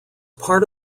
part